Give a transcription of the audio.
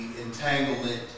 entanglement